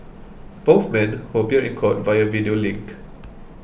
both men who appeared in court via video link